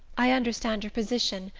i understand your position,